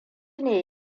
ne